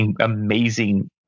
amazing